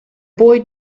boy